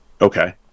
Okay